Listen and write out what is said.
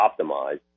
optimized